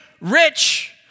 rich